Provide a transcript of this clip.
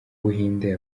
buhinde